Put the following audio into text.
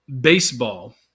baseball